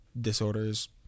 disorders